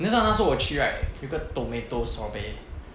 你知道那时候我去 right 有个 tomato sorbet